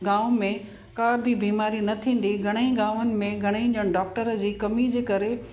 गाम में का बि बीमारी न थींदी घणेई गामनि में घणेई जन डॉक्टर जी कमी जे करे